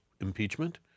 impeachment